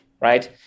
right